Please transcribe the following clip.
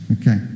Okay